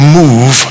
move